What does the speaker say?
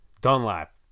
Dunlap